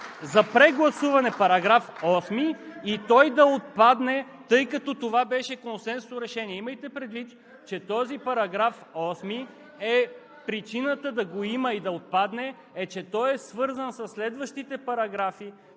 за прегласуване § 8 и той да отпадне, тъй като това беше консенсусно решение. Имайте предвид, че причината да го има § 8 и да отпадне е, че той е свързан със следващите параграфи,